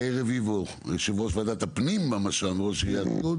יאיר רביבו, ראש עיריית לוד.